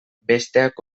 besteak